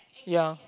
ya